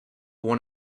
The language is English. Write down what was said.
one